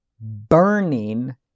burning